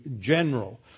general